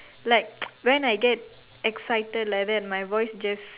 like when I get excited like that my voice just